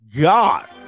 God